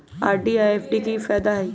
RD आ FD के कि फायदा हई?